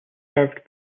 served